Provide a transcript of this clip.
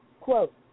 Quote